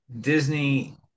Disney